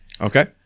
Okay